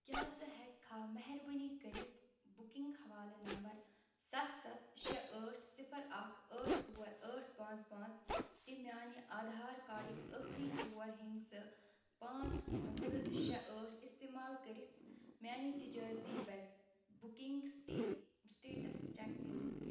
کیٛاہ ژٕ ہیٚکہِ کھا مہربٲنی کٔرتھ بُکنٛگ حوالہٕ نمبر ستھ ستھ شےٚ ٲٹھ صفر اکھ ٲٹھ ژور ٲٹھ پانٛژھ پانٛژھ تہٕ میٛانہِ آدھار کارڈٕکۍ ٲخٕری ژور ہنٛدسہٕ پانٛژھ زٕ شےٚ ٲٹھ استعمال کٔرتھ میٛانہِ تجٲرتی بکنٛگ سٹیٹس چیٚک کٔرتھ